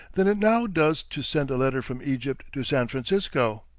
than it now does to send a letter from egypt to san francisco.